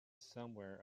somewhere